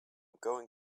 going